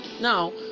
Now